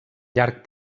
llarg